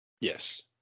Yes